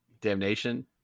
Damnation